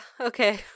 okay